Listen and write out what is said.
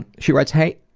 she writes, hey,